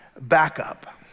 backup